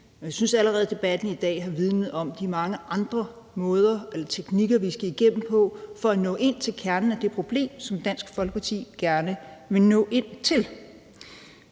jeg synes allerede, at debatten i dag har vidnet om de mange andre måder eller teknikker, vi skal igennem for at nå ind til kernen af det problem, som Dansk Folkeparti gerne vil nå ind til.